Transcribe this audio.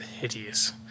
hideous